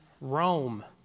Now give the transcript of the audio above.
Rome